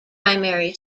primary